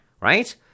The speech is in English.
right